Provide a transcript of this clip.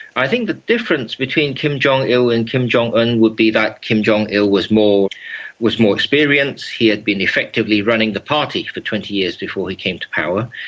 i think the difference between kim jong-il and kim jong-un would be that kim jong-il was more was more experienced, he had been effectively running the party for twenty years before he came to power,